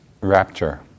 rapture